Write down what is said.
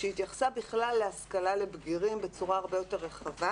שהתייחסה בכלל להשכלה לבגירים בצורה הרבה יותר רחבה.